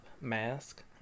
mask